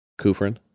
Kufrin